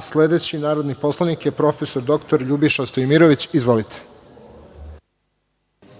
Sledeći narodni poslanik je prof. dr Ljubiša Stojmirović. Izvolite.